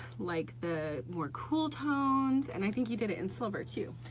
like the more cool tones and i think you did it in silver too,